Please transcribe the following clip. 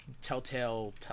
telltale